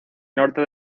norte